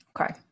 Okay